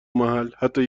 محل، حتی